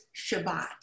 Shabbat